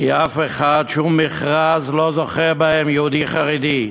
כי בשום מכרז לא זוכה יהודי חרדי.